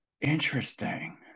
Interesting